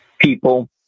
people